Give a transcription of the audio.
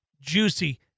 juicy